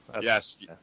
Yes